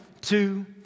two